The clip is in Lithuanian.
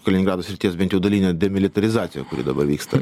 kaliningrado srities bent jau dalinė demilitarizacija kuri dabar vyksta